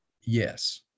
yes